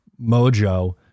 Mojo